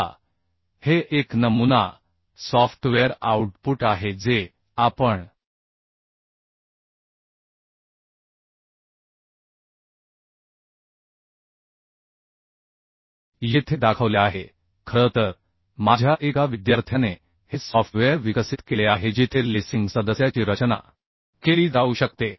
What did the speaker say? आता हे एक नमुना सॉफ्टवेअर आउटपुट आहे जे आपण येथे दाखवले आहे खरं तर माझ्या एका विद्यार्थ्याने हे सॉफ्टवेअर विकसित केले आहे जिथे लेसिंग सदस्याची रचना केली जाऊ शकते